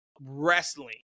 wrestling